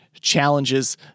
challenges